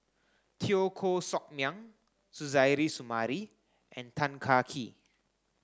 Teo Koh Sock Miang Suzairhe Sumari and Tan Kah Kee